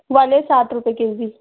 वाले सात रुपये के जी